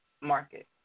market